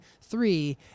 three